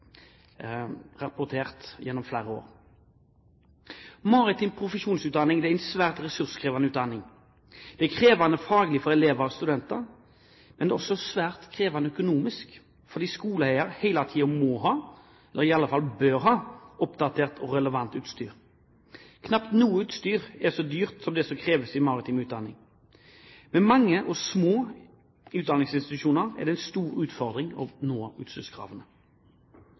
flere år. Maritim profesjonsutdanning er en svært ressurskrevende utdanning. Det er krevende faglig for elever og studenter, men det er også svært krevende økonomisk, fordi skoleeier hele tiden må ha, eller i alle fall bør ha, oppdatert og relevant utstyr. Knapt noe utstyr er så dyrt som det som kreves i maritim utdanning. Med mange og små utdanningsinstitusjoner er det en stor utfordring å innfri utstyrskravene.